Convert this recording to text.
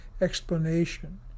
explanation